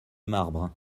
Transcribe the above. marbre